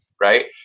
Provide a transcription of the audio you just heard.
right